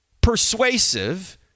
persuasive